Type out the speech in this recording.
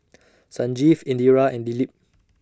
Sanjeev Indira and Dilip